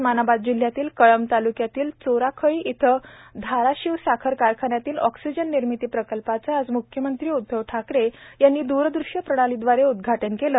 उस्मानाबाद जिल्ह्यातील कळंब तालुक्यातील चोराखळी येथील धाराशिव साखर कारखान्यातील ऑक्सिजन निर्मिती प्रकल्पाचे आज मुख्यमंत्री उध्दव ठाकरे यांनी द्रदृश्य प्रणालीव्दारे उदघाटन केले